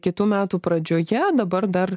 kitų metų pradžioje dabar dar